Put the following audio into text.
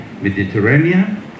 Mediterranean